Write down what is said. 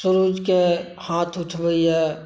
सूर्यके हाथ उठबै यऽ